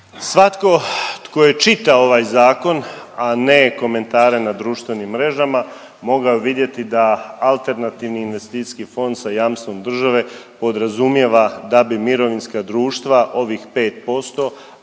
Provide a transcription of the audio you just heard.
Svatko tko je čitao ovaj zakon, a ne komentare na društvenim mrežama mogao je vidjeti da alternativni investicijski fond sa jamstvom države podrazumijeva da bi mirovinska društva ovih 5%